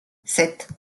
sept